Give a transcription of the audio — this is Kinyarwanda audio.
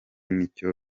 nicyo